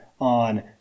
on